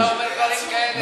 אתה אומר דברים כאלה,